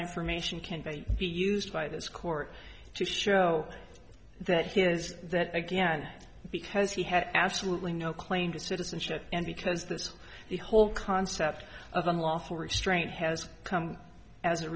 information can be used by this court to show that he is that again because he had absolutely no claim to citizenship and because that's the whole concept of unlawful restraint has come as a